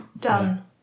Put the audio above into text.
Done